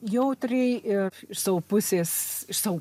jautriai e iš savo pusės iš savo